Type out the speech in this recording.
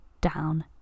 down